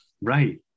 right